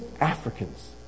Africans